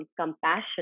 compassion